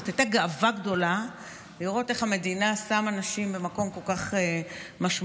זאת הייתה גאווה גדולה לראות איך המדינה שמה נשים במקום כל כך משמעותי,